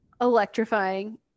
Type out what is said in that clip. electrifying